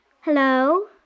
Hello